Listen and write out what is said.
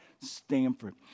Stanford